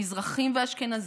מזרחים ואשכנזים,